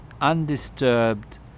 undisturbed